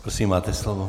Prosím, máte slovo.